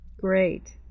Great